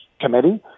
committee